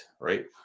right